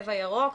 בצבע ירוק,